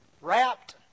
wrapped